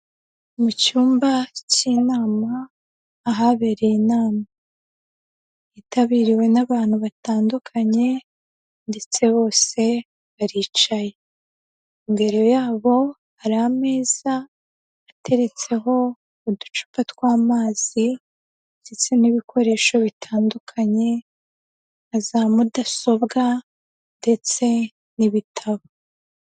Mu cyumba cy'inama ahabereye inama yitabiriwe n'abantu batandukanye ndetse bose baricaye, imbere yabo hari ameza ateretseho uducupa tw'amazi ndetse n'ibikoresho bitandukanye nka za mudasobwa ndetse n'ibitabo.